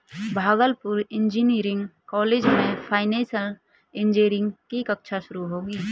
Bhagalpur engineering college में financial engineering की कक्षा शुरू होगी